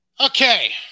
Okay